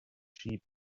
sheep